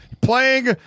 playing